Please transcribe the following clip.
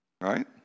Right